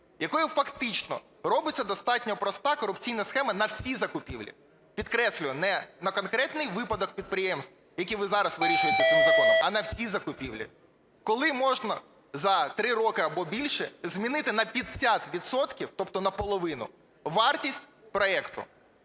якою фактично робиться достатньо проста корупційна схема на всі закупівлі. Підкреслюю, не на конкретний випадок підприємств, який ви зараз вирішуєте цим законом, а на всі закупівлі. Коли можна за три роки або більше змінити на 50 відсотків, тобто наполовину, вартість проекту.